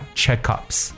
checkups